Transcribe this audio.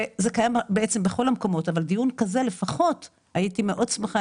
זה קיים בעצם בכל המקומות אבל דיון כזה לפחות הייתי מאוד שמחה